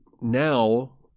now